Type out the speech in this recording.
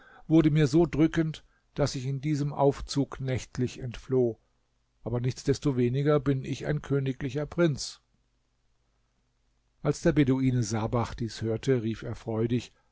wurde mir so drückend daß ich in diesem aufzug nächtlich entfloh aber nichtsdestoweniger bin ich ein königlicher prinz als der beduine sabach dies hörte rief er freudig